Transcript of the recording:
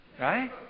Right